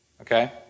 Okay